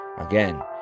Again